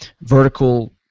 vertical